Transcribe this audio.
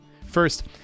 First